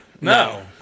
No